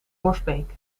borsbeek